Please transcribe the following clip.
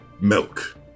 milk